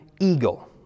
eagle